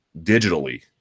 digitally